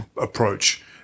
approach